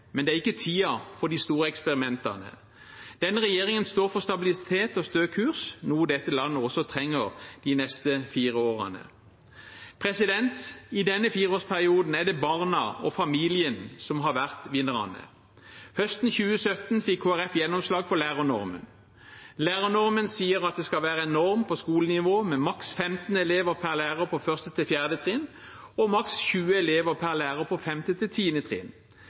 men dette er ikke tiden for de store eksperimentene. Denne regjeringen står for en stabilisert og stø kurs, noe dette landet også trenger de neste fire årene. I denne fireårsperioden er det barna og familien som har vært vinnerne. Høsten 2017 fikk Kristelig Folkeparti gjennomslag for lærernormen. Lærernormen sier at det skal være en norm på skolenivå med maks 15 elever per lærer på 1.–4. trinn og maks 20 elever per lærer på